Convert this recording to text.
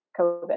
COVID